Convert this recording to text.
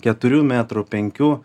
keturių metrų penkių